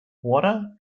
water